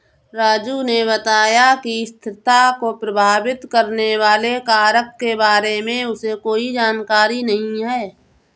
राजू ने बताया कि स्थिरता को प्रभावित करने वाले कारक के बारे में उसे कोई जानकारी नहीं है